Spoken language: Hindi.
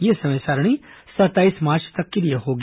यह समय सारिणी सत्ताईस मार्च तक के लिए होगी